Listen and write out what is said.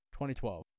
2012